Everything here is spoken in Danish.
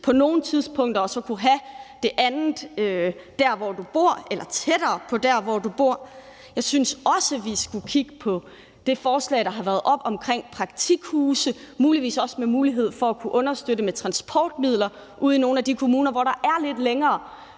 på nogle tidspunkter og så kunne have det andet der, hvor du bor, eller tættere på der, hvor du bor? Jeg synes også, vi skulle kigge på det forslag, der har været oppe, om praktikhuse, muligvis også med mulighed for at kunne understøtte med transportmidler ude i nogle at de kommuner, hvor der er lidt længere